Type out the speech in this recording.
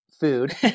food